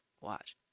Watch